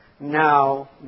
now